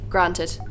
Granted